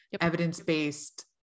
evidence-based